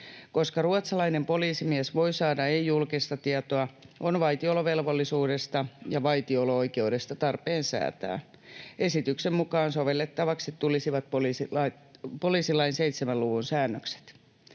Koska ruotsalainen poliisimies voi saada ei-julkista tietoa, on vaitiolovelvollisuudesta ja vaitiolo-oikeudesta tarpeen säätää. Esityksen mukaan sovellettavaksi tulisivat poliisilain 7 luvun säännökset.